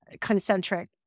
concentric